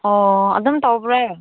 ꯑꯣ ꯑꯗꯨꯝ ꯇꯧꯕ꯭ꯔꯣ